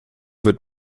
wird